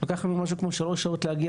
לקח לנו משהו כמו שלוש שעות להגיע